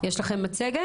יש לכם מצגת?